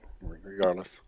regardless